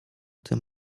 tym